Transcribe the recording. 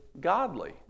godly